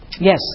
Yes